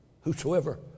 whosoever